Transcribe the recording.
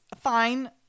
fine